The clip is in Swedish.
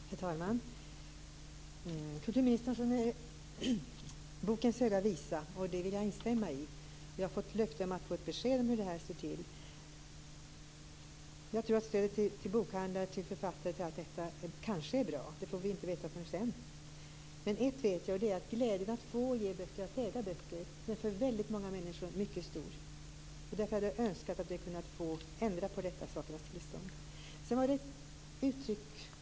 Herr talman! Kulturministern sjunger bokens höga visa, och den vill jag instämma i. Vi har fått löfte om ett besked om hur det står till. Jag tror att stödet till bokhandlar, författare och allt detta kanske är bra - det får vi inte veta förrän sedan. Men glädjen att få, ge och äga böcker är för många människor mycket stor. Därför hade jag önskat att vi fått ändra på sakernas tillstånd.